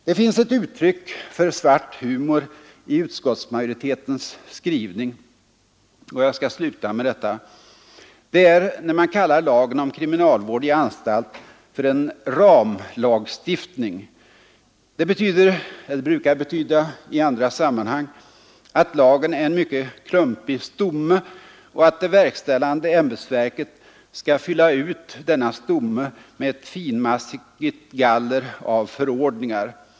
Det finns ett uttryck för svart humor i utskottsmajoritetens skrivning och jag skall sluta med detta. Det är när man kallar lagen om kriminalvård i anstalt för en ”ramlagstiftning”. Detta brukar i andra sammanhang betyda att lagen är en mycket klumpig stomme och att det verkställande ämbetsverket skall fylla ut denna stomme med ett finmaskigt galler av förordningar.